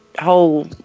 whole